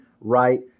right